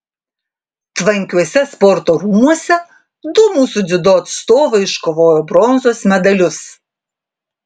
tvankiuose sporto rūmuose du mūsų dziudo atstovai iškovojo bronzos medalius